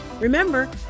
Remember